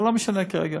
אבל לא משנה כרגע,